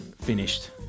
finished